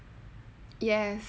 yes